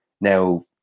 now